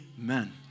amen